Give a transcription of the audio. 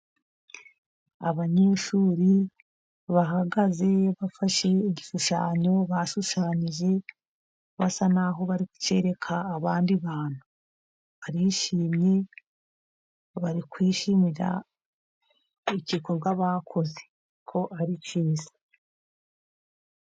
Abanyeshuri bahagaze, bafashe igishushanyo bashushanyije, basa naho bari ku kereka abandi bantu barishimye, bari kwishimira igikorwa bakoze ko ari cyiza.